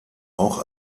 auch